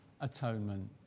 atonement